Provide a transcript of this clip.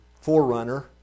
forerunner